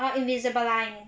err invisible line